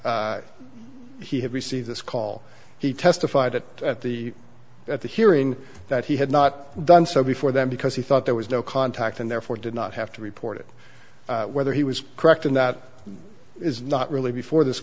he had received this call he testified that at the at the hearing that he had not done so before them because he thought there was no contact and therefore did not have to report it whether he was correct and that is not really before this